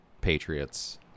Patriots